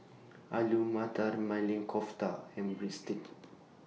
Alu Matar Maili Kofta and Breadsticks